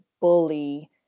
bully